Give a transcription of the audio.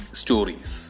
stories